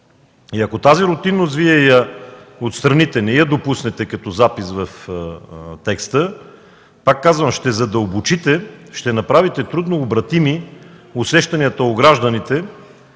тази рутинност, не я допуснете като запис в текста, пак казвам – ще задълбочите, ще направите трудно обратими усещанията у гражданите,